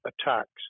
attacks